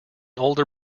older